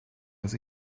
dass